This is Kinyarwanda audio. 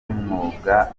ry’umwuga